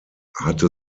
hatte